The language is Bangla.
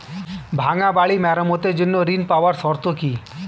ভাঙ্গা বাড়ি মেরামতের জন্য ঋণ পাওয়ার শর্ত কি?